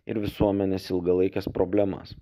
ir visuomenės ilgalaikes problemas